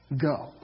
Go